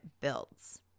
builds